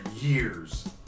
years